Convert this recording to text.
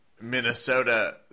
Minnesota